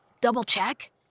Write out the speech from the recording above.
double-check